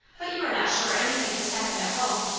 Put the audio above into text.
but you are not sure anything has happened at home.